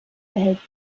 erhält